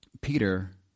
Peter